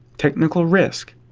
technical risk.